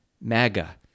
MAGA